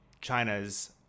China's